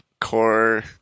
core